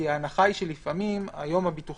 כי ההנחה היא שהיום לפעמים הביטוחים